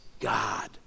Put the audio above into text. God